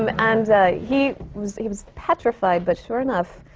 um and he was he was petrified, but sure enough,